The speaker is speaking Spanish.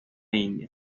india